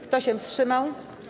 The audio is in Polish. Kto się wstrzymał?